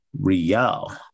Real